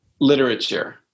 literature